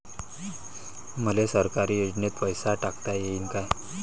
मले सरकारी योजतेन पैसा टाकता येईन काय?